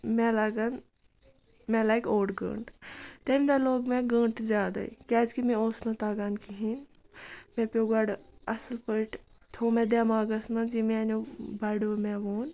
مےٚ لَگَن مےٚ لَگہِ اوٚڑ گٲنٛٹہٕ تمہِ دۄہ لوٚگ مےٚ گٲنٛٹہٕ زیادَے کیٛازِکہِ مےٚ اوس نہٕ تَگان کِہیٖنۍ مےٚ پیوٚو گۄڈٕ اَصٕل پٲٹھۍ تھوٚو مےٚ دٮ۪ماغَس منٛز یہِ میٛانیو بَڈیو مےٚ ووٚن